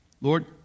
Lord